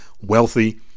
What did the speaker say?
wealthy